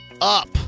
up